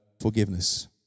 forgiveness